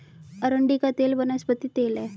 अरंडी का तेल वनस्पति तेल है